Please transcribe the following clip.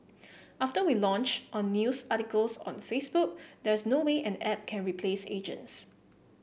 after we launched on news articles on Facebook there's no way an app can replace agents